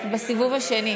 באמת, בשביל מה שמית?